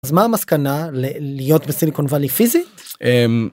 מה המסקנה להיות בסיליקון וואלי פיזית.